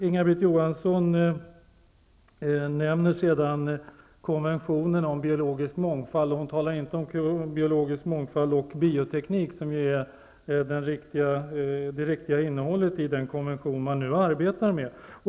Inga-Britt Johansson nämnde sedan konventionen om biologisk mångfald. Hon sade inte konventionen om biologisk mångfald och bioteknik, som ju är den riktiga beteckningen på innehållet i den konvention som man nu arbetar med.